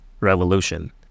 revolution